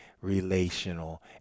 relational